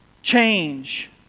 Change